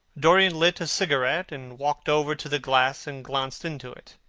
dorian lit a cigarette and walked over to the glass and glanced into it.